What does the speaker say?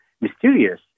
mysterious